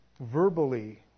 verbally